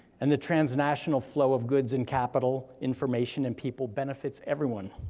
and the transnational flow of goods and capital, information, and people benefits everyone.